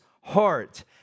heart